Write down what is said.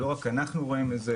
ולא רק אנחנו רואים את זה,